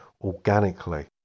organically